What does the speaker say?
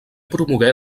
promogué